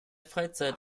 freizeit